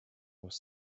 was